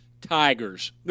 tigers